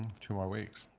two more weeks.